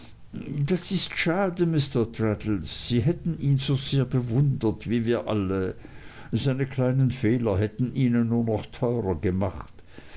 das ist schade mr traddles sie hätten ihn so sehr bewundert wie wir alle seine kleinen fehler hätten ihn ihnen nur noch teurer gemacht